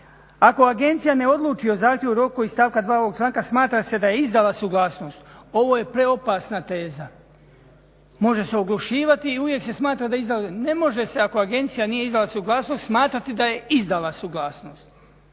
Ako agencija ne odluči o zahtjevu u roku iz stavka 2 ovog članka, smatra se da je izdala suglasnost. Ovo je preopasna teza. Može se oglušivati i uvijek se smatra, ne može se ako agencija nije izdala suglasnost smatrati da je izdala suglasnost.